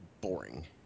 boring